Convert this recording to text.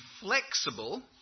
flexible